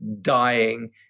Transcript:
dying